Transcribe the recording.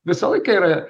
visą laiką yra